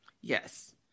yes